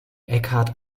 eckhart